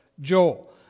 Joel